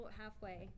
halfway